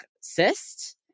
cyst